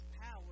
power